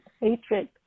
hatred